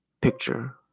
picture